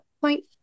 point